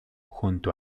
junto